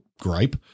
gripe